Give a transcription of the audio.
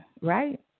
right